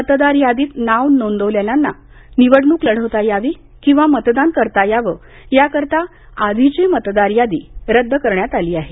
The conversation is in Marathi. मतदार यादीत नव्यानं नाव नोंदवलेल्यांना निवडणूक लढवता यावी किंवा मतदान करता यावं याकरता आधीची मतदार यादी रद्द करण्यात आली आहे